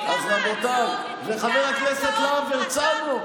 מה עם ההצעה של גלעד ארדן לפיצול תפקיד היועמ"ש,